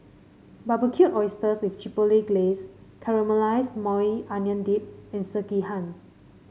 Barbecued Oysters with Chipotle Glaze Caramelized Maui Onion Dip and Sekihan